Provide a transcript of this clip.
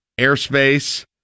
airspace